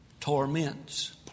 torments